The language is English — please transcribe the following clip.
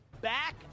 back